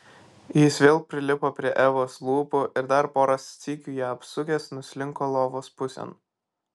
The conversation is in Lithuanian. jis vėl prilipo prie evos lūpų ir dar porą sykių ją apsukęs nuslinko lovos pusėn